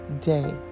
day